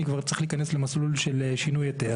אני כבר צריך להיכנס למסלול של שינוי היתר,